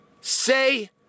say